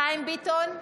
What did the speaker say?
חיים ביטון,